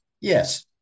Yes